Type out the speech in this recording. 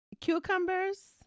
cucumbers